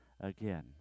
Again